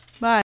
bye